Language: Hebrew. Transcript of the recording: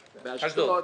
לאשדוד.